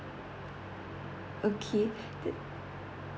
okay the